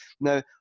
Now